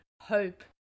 hope